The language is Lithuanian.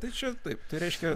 tai čia taip tai reiškia